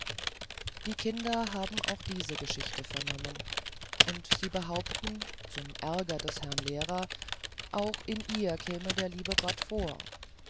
die kinder haben auch diese geschichte vernommen und sie behaupten zum ärger des herrn lehrer auch in ihr käme der liebe gott vor